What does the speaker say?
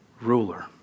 ruler